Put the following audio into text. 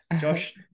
Josh